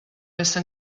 messa